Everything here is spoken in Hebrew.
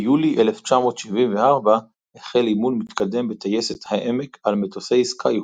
ביולי 1974 החל אימון מתקדם בטייסת העמק על מטוסי סקייהוק,